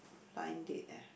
blind date ah